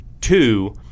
Two –